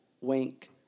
wink